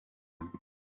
garden